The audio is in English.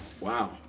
Wow